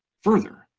further,